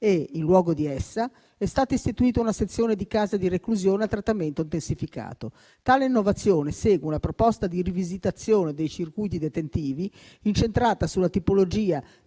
e, in luogo di essa, è stata istituita una sezione di casa di reclusione a trattamento intensificato. Tale innovazione segue una proposta di rivisitazione dei circuiti detentivi incentrata sulla tipologia